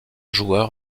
joueur